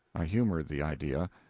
i humored the idea.